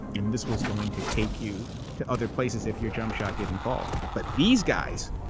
and this was going to take you to other places if your jump shot didn't fall. but these guys,